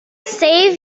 save